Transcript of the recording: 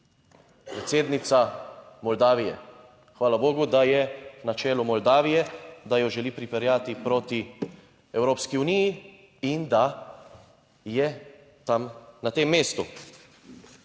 predsednica Moldavije. Hvala bogu, da je na čelu Moldavije, da jo želi pripeljati proti Evropski uniji, in da je tam na tem mestu.